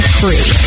free